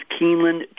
Keeneland